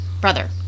brother